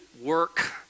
work